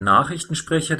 nachrichtensprecher